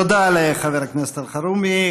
תודה לחבר הכנסת אלחרומי.